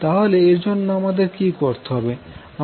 তাহলে এর জন্য আমাদের কি করতে হবে